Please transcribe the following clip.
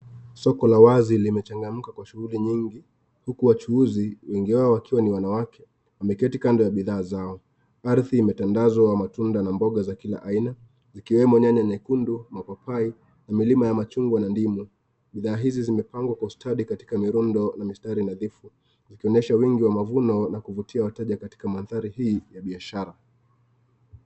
Soko la wazi limechangamka kwa shughuli nyingi huku wachuuzi wengi wao wakiwa wanawake wameketi kando ya bidhaa zao. Ardhi imetandazwa matunda na mbonga za kila aina ikiwemo nyanya nyekundu, mapapai milima ya machungwa na ndimu bidhaa hizii zimepangwa kwa ustadhi katika mirundo na mistari nadhifu ikionyesha wingi wa mavuno na kuvutia wateja katika mandhari hii ya biashara.